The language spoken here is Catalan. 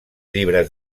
llibres